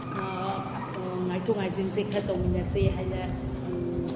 ꯉꯥꯏꯊꯣꯛ ꯉꯥꯏꯁꯤꯟꯁꯤ ꯈꯔ ꯇꯧꯃꯤꯟꯅꯁꯤ ꯍꯥꯏꯅ